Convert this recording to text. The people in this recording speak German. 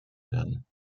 werden